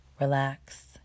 Relax